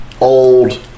old